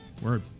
Word